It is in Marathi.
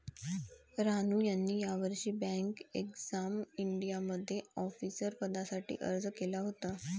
रानू यांनी यावर्षी बँक एक्झाम इंडियामध्ये ऑफिसर पदासाठी अर्ज केला होता